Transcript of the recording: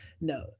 no